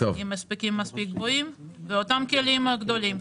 עם הספקים מספיק גבוהים ואותם כלים גדולים.